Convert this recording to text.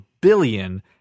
billion